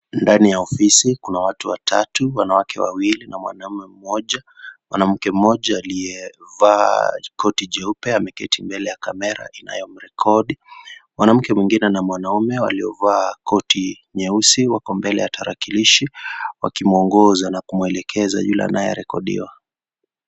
Ndani ya ofisi, kuna watu watatu, wanawake wawili na mwanaume mmoja. Mwanamke mmoja, aliyevaa koti jeupe, ameketi mbele ya kamera inayomrekodi. Mwanamke mwingine na mwanaume, waliovaa koti nyeusi wako mbele ya tarakilishi, wakimwongoza na kumwelekeza yule anayerekodiwa.